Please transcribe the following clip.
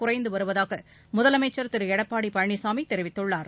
குறைந்து வருவதாக முதலமைச்சர் திரு எடப்பாடி பழனிசாமி தெரிவித்துள்ளார்